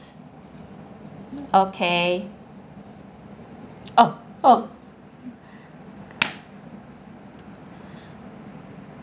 okay oh oh